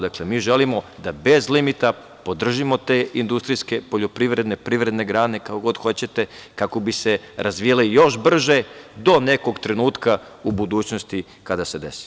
Dakle, mi želimo da bez limita podržimo te industrijske poljoprivredne, privredne grane, kako god hoćete, kako bi se razvijale još brže do nekog trenutka u budućnosti kada se dese.